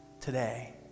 today